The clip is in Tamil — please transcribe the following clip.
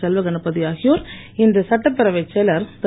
செல்வகணபதி ஆகியோர் இன்று சட்டப்பேரவைச் செயலர் திரு